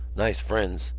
nice friends!